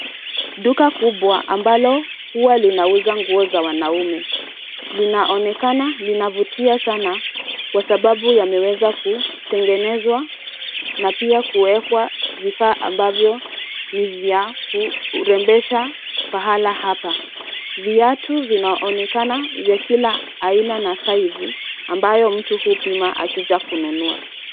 Duka kubwa ambalo huwa linauza nguo za wanaume linaonekana linavutia sana kwa sababu yameweza kutengenezwa na pia kuwekwa vifaa ambavyo ni vya kurembesha pahala hapa. Viatu vinaonekana vya kila aina na saizi ambayo mtu hupima akija kununua.